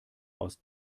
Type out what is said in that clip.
aus